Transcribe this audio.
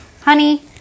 honey